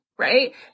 right